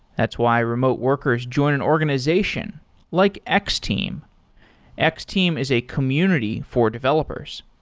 that's why remote workers join an organization like x-team. x-team is a community for developers.